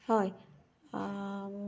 हय